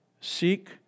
Seek